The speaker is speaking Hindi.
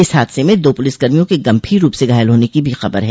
इस हादसे में दो पुलिस कर्मियों के गम्भीर रूप से घायल होने की भी खबर है